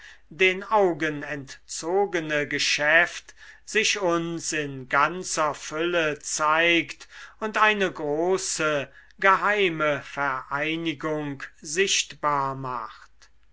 den augen entzogene geschäft sich uns in ganzer fülle zeigt und eine große geheime vereinigung sichtbar macht